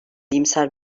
iyimser